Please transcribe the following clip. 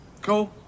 Cool